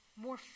more